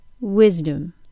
wisdom